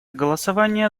голосование